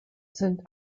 sind